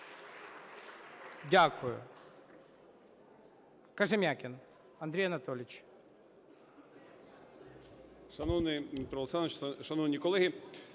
Дякую.